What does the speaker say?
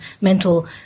mental